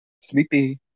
Sleepy